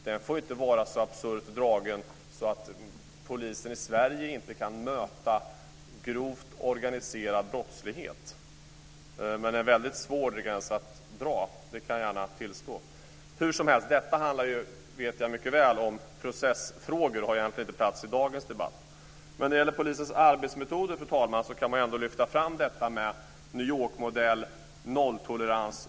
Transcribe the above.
Den får inte vara så absurt dragen att polisen i Sverige inte kan möta grov organiserad brottslighet. Men jag kan gärna tillstå att det är en mycket svår gräns att dra. Hur som helst: Jag vet mycket väl att detta handlar om processfrågor, och de har egentligen inte plats i dagens debatt. Men när det gäller polisens arbetsmetoder, fru talman, går det att lyfta fram New Yorkmodellen och nolltolerans.